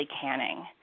canning